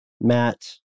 Matt